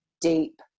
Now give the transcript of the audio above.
deep